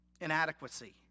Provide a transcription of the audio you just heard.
inadequacy